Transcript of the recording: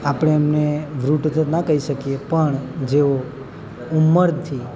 આપણે એમને વૃદ્ધ તો ના કઈ શકીએ પણ જેઓ ઉંમરથી